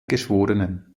geschworenen